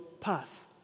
path